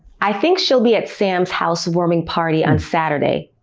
i think she'll be at sam's housewarming party on saturday.